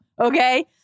okay